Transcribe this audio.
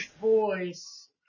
voice